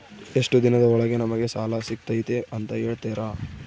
ಎಷ್ಟು ದಿನದ ಒಳಗೆ ನಮಗೆ ಸಾಲ ಸಿಗ್ತೈತೆ ಅಂತ ಹೇಳ್ತೇರಾ?